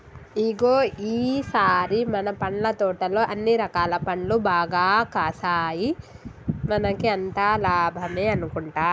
ఇగో ఈ సారి మన పండ్ల తోటలో అన్ని రకాల పండ్లు బాగా కాసాయి మనకి అంతా లాభమే అనుకుంటా